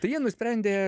tai jie nusprendė